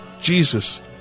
Jesus